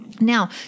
Now